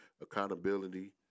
accountability